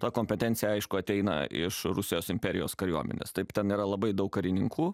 ta kompetencija aišku ateina iš rusijos imperijos kariuomenės taip ten yra labai daug karininkų